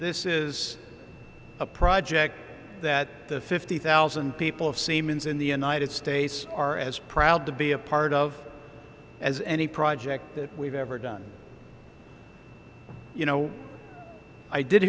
this is a project that the fifty thousand people of siemens in the united states are as proud to be a part of as any project that we've ever done you know i did